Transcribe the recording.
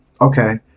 okay